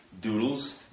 doodles